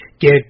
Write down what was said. Get